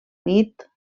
nit